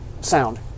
sound